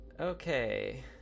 Okay